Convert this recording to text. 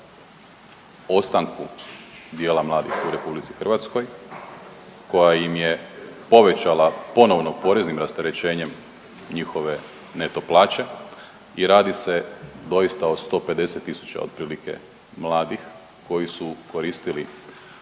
ostanku dijela mladih u RH koja im je povećala ponovno poreznim rasterećenjem njihove neto plaće i radi se doista o 150.000 otprilike mladih koji su koristili